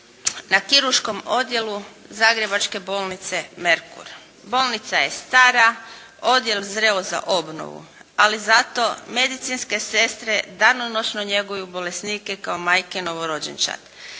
na Kirurškom odjelu zagrebačke bolnice "Merkur". Bolnica je stara, odjel zreo za obnovu, ali zato medicinske sestre danonoćno njeguju bolesnike kao majke novorođenčad.